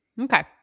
Okay